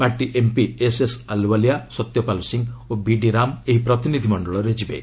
party MP SS Ahluwalia Satyapal Singh ଓ BD Ram ଏହି ପ୍ରତିନିଧି ମଣ୍ଡଳରେ ଯିବେ